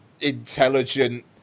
intelligent